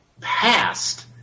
passed